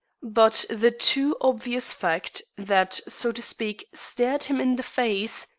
but the too obvious fact that, so to speak, stared him in the face,